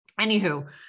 anywho